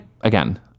again